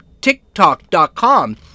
TikTok.com